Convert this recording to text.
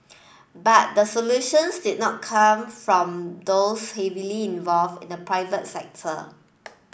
but the solutions did not come from those heavily involved in the private sector